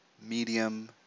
medium